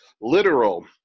literal